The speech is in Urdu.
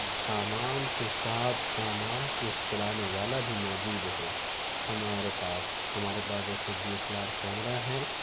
سامان کے ساتھ سامان کو چلانے والا بھی موجود ہو ہمارے پاس ہمارے پاس جیسے D S L R camera ہے